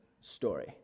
story